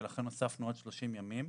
ולכן הוספנו עוד 30 ימים.